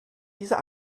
dieser